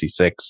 1966